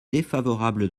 défavorable